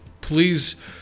Please